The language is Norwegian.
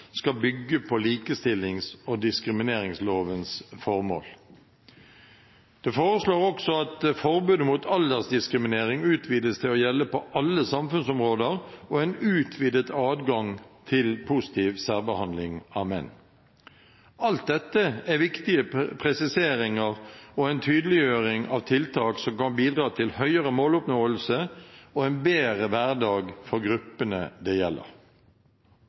skal bygge på likestillings- og diskrimineringslovens formål. Det foreslås også at forbudet mot aldersdiskriminering utvides til å gjelde på alle samfunnsområder, og det foreslås en utvidet adgang til positiv særbehandling av menn. Alt dette er viktige presiseringer og en tydeliggjøring av tiltak som kan bidra til høyere måloppnåelse og en bedre hverdag for gruppene det gjelder.